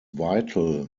vital